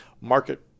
market